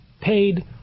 paid